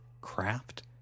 craft